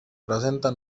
presenta